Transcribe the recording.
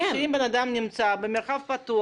שאם אדם נמצא במרחב הפתוח,